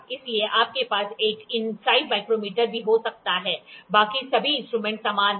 इसलिए आपके पास एक इनसाइड माइक्रोमीटर भी हो सकता है बाकी सभी इंस्ट्रूमेंट समान हैं